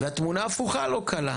והתמונה ההפוכה לא קלה.